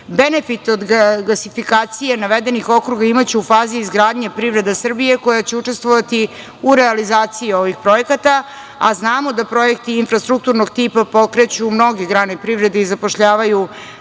Benefit od gasifikacije navedenih okruga imaće u fazi izgradnje privreda Srbije koja će učestovati u realizaciji ovih projekata, a znamo da projekti infrastrukturnog tipa pokreću mnoge grane privrede i zapošljavaju